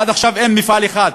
ועד עכשיו אין מפעל אחד.